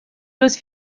los